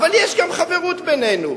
אבל יש גם חברות בינינו,